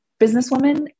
businesswoman